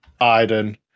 Iden